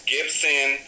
Gibson